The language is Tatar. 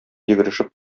йөгерешеп